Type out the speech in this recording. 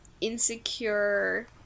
insecure